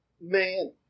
man